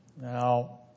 Now